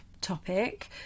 topic